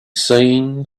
seen